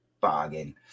Bargain